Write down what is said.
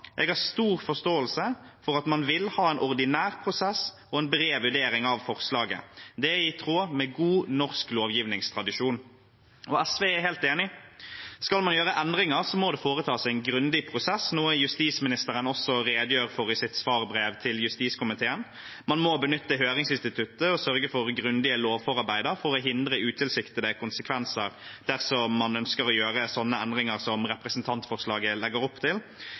har stor forståelse for at man vil ha en ordinær prosess og en bred vurdering av forslaget. Det er i tråd med god norsk lovgivningstradisjon». SV er helt enig. Skal man gjøre endringer, må det foretas en grundig prosess, noe justisministeren også redegjør for i sitt svarbrev til justiskomiteen. Man må benytte høringsinstituttet og sørge for grundige lovforarbeider for å hindre utilsiktede konsekvenser dersom man ønsker å gjøre sånne endringer som representantforslaget legger opp til.